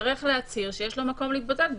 להצהיר שיש לו מקום להתבודד בו.